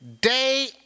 Day